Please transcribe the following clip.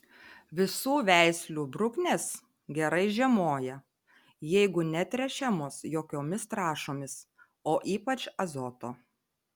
visų veislių bruknės gerai žiemoja jeigu netręšiamos jokiomis trąšomis o ypač azoto